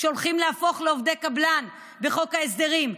שהולכים להפוך לעובדי קבלן בחוק ההסדרים,